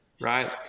right